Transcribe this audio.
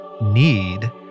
need